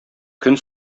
көн